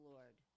Lord